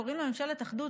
קוראים לה "ממשלת אחדות".